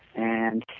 and